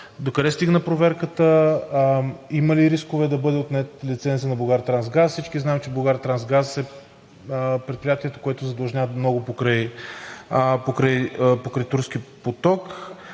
докъде стигна проверката? Има ли рискове да бъде отнет лицензът на „Булгартрансгаз“? Всички знаем, че „Булгартрансгаз“ е предприятието, което задлъжня много покрай „Турски поток“.